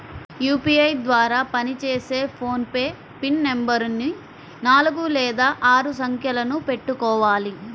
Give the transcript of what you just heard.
UPI ద్వారా పనిచేసే PhonePe PIN నెంబరుని నాలుగు లేదా ఆరు సంఖ్యలను పెట్టుకోవాలి